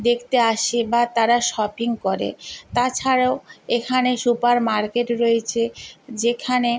দেখতে আসে বা তারা শপিং করে তাছাড়াও এখানে সুপার মার্কেট রয়েছে যেখানে